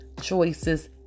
choices